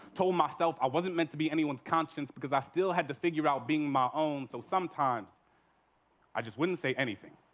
told myself i wasn't meant to be anyone's conscious because i still had to figure out being my own. so sometimes i just wouldn't say anything.